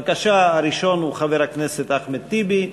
בבקשה, הראשון הוא חבר הכנסת אחמד טיבי.